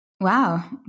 Wow